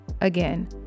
Again